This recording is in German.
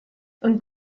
und